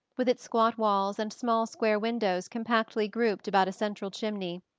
with its squat walls and small square windows compactly grouped about a central chimney.